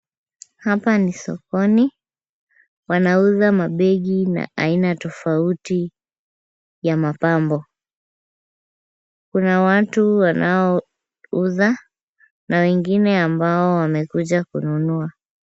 Hapa ni sokoni. Wanauza mabegi na aina tofauti ya mapambo. Kuna watu wanaouza na wengine ambao wamekuja kununua.